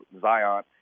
Zion